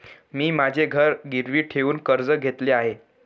मी माझे घर गिरवी ठेवून कर्ज घेतले आहे